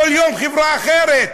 כל יום חברה אחרת,